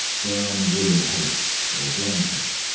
brown woollen haicks, or blankets.